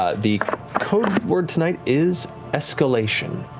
ah the code word tonight is escalation.